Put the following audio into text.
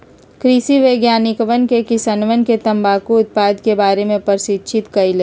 कृषि वैज्ञानिकवन ने किसानवन के तंबाकू उत्पादन के बारे में प्रशिक्षित कइल